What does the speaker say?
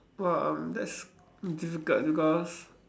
!wah! um that's difficult because